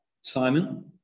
Simon